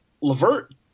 Levert